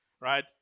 right